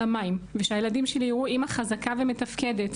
המים ושהילדים שלי יראו אמא חזקה ומתפקדת.